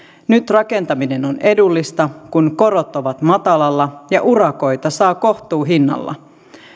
nyt rakentaminen on edullista kun korot ovat matalalla ja urakoita saa kohtuuhinnalla